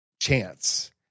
chance